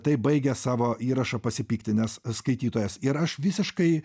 taip baigė savo įrašą pasipiktinęs skaitytojas ir aš visiškai